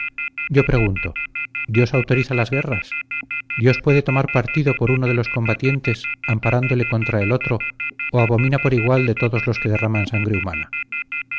yo pregunto dios autoriza las guerras dios puede tomar partido por uno de los combatientes amparándole contra el otro o abomina por igual de todos los que derraman sangre humana